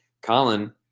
Colin